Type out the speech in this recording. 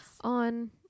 On